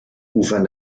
ufern